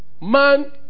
man